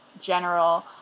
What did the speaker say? general